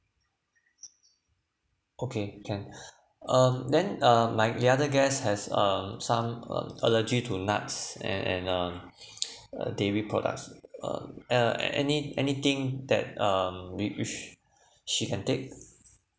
okay can um then uh my the other guest has um some uh allergic to nuts and and um uh dairy products uh uh any anything that um we wish she can take